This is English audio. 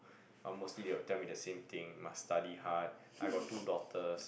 ah mostly they will tell me the same thing must study hard I got two daughters